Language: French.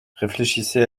réfléchissez